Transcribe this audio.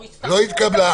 הרוויזיה לא התקבלה.